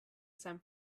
san